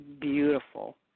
Beautiful